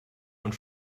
und